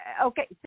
Okay